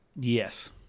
Yes